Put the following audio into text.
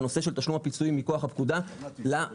בנושא של תשלום הפיצויים מכוח הפקודה למגדלים.